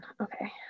Okay